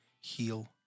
heal